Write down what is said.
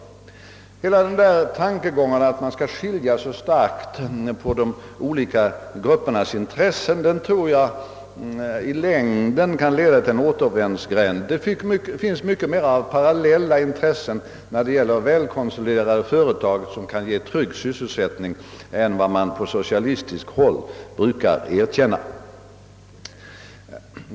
Hela denna tankegång, att man skall skilja så starkt på de olika gruppernas intressen, tror jag i längden leder till en återvändsgränd. Det finns mycket mera av parallella intressen när det gäller väl konsoliderade företag som kan ge tryggad sysselsättning än vad man på socialistiskt håll brukar erkänna.